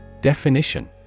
Definition